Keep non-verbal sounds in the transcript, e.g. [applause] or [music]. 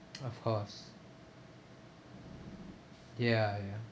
[noise] of course ya ya